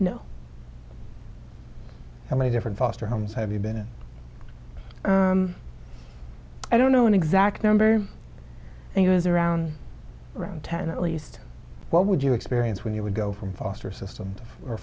know how many different foster homes have you been in i don't know an exact number and he was around around ten at least what would you experience when you would go from foster system or